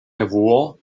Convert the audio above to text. revuo